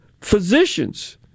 physicians